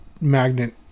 magnet